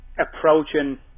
approaching